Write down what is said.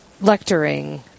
lecturing